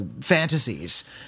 Fantasies